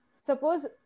Suppose